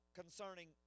concerning